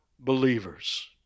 believers